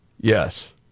Yes